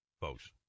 folks